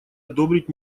одобрить